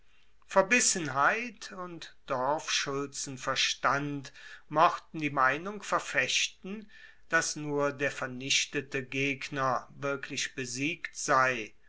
verbissenheit und dorfschulzenverstand mochten die meinung verfechten dass nur der vernichtete gegner wirklich besiegt sei